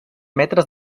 metres